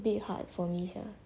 a bit hard for me sia